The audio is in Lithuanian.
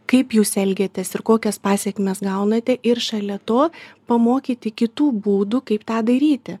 kaip jūs elgiatės ir kokias pasekmes gaunate ir šalia to pamokyti kitų būdų kaip tą daryti